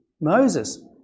Moses